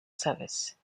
service